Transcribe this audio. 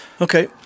Okay